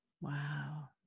Wow